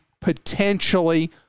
potentially